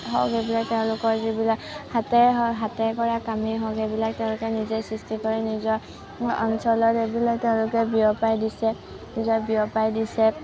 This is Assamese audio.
তেওঁলোকৰ যিবিলাক হাতে হওক হাতে কৰা কামেই হওক সেইবিলাক তেওঁলোকে নিজে সৃষ্টি কৰি নিজৰ অঞ্চলত সেইবিলাক তেওঁলোকে বিয়পাই দিছে নিজে বিয়পাই দিছে